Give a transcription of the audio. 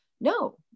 no